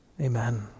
Amen